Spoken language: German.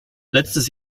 letztes